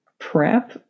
Prep